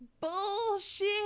bullshit